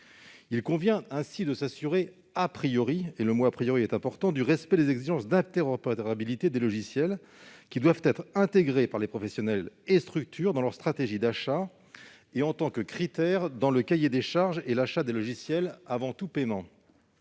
Il convient ainsi de s'assurer- c'est important ! -du respect des exigences d'interopérabilité des logiciels, lesquelles doivent être intégrées par les professionnels et les structures dans leur stratégie d'achat et comme critères dans les cahiers des charges d'achat de logiciels, avant tout paiement.